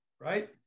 right